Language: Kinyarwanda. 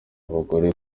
abagore